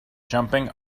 jumping